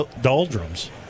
doldrums